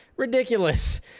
ridiculous